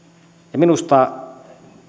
minusta